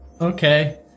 Okay